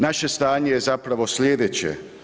Naše stanje je zapravo slijedeće.